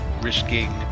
risking